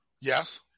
Yes